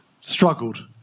struggled